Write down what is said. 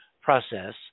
process